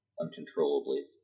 Uncontrollably